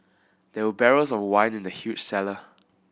there were barrels of wine in the huge cellar